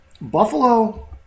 Buffalo